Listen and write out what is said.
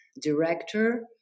director